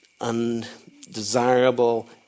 undesirable